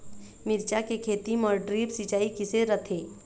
मिरचा के खेती म ड्रिप सिचाई किसे रथे?